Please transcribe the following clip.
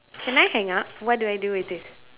can I hang up what do I do with this